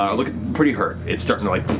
um like pretty hurt, it's starting like